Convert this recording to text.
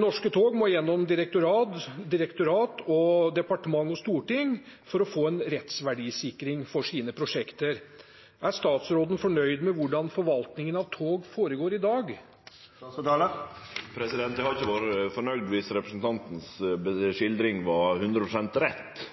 Norske tog må gjennom direktorat, departement og storting for å få en rettsverdisikring for sine prosjekter. Er statsråden fornøyd med hvordan forvaltningen av tog foregår i dag? Eg hadde ikkje vore fornøgd viss representanten si skildring var 100 pst. rett.